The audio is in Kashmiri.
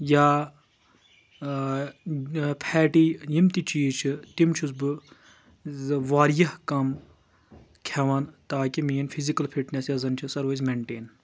یا فَیٹِی یِم تہِ چیٖز چھِ تِم چھُس بہٕ زِ واریاہ کم کھیٚوان تاکہِ میٲنۍ فِزِکَل فِٹنؠس یۄس زَن چھِ سۄ روزِ میٚنٹَین